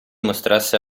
mostrasse